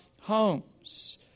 homes